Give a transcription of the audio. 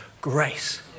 grace